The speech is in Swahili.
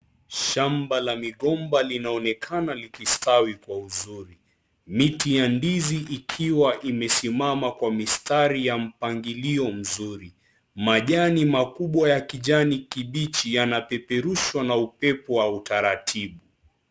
Shamba la migomba linaonekana likistawi kwa uzuri. Miti ya ndizi ikiwa imesimama kwa mistari ya mpangilio mzuri. Majani makubwa ya kijani kibichi yanapeperushwa na upepo wa utaratibu.